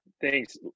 thanks